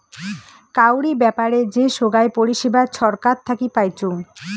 কাউরি ব্যাপারে যে সোগায় পরিষেবা ছরকার থাকি পাইচুঙ